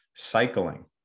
cycling